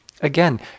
Again